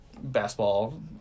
basketball